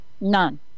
none